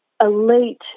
elite